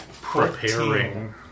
Preparing